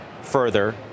further